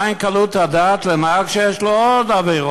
מהי קלות הדעת, לנהג שיש לו עבירות?